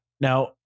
Now